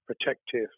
protective